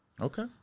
Okay